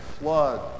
flood